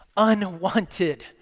unwanted